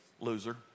Loser